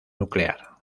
nuclear